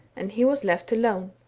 and he was left alone.